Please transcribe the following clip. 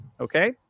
okay